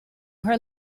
her